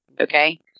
Okay